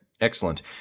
excellent